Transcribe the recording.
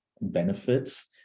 benefits